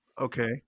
Okay